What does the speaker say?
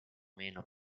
meno